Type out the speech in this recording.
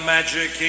Magic